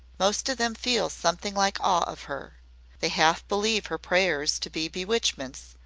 most of them feel something like awe of her they half believe her prayers to be bewitchments,